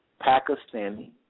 Pakistani